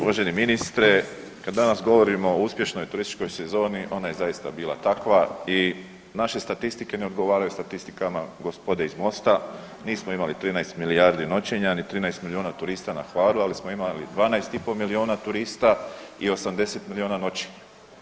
Uvaženi ministre, kad danas govorimo o uspješnoj turističkoj sezoni ona je zaista bila takva i naše statistike ne odgovaraju statistikama gospode iz MOST-a, nismo imali 13 milijardi noćenja, ni 13 milijuna turista na Hvaru, ali smo imali 12,5 milijuna turista i 80 milijuna noćenja.